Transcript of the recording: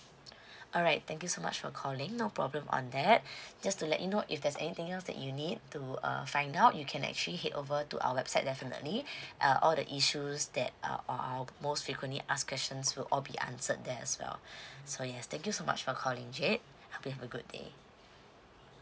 alright thank you so much for calling no problem on that just to let you know if there's anything else that you need to uh find out you can actually head over to our website definitely uh all the issues that uh are most frequently asked questions will all be answered there as well so yes thank you so much for calling jade hope you have a good day